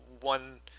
one